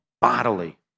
bodily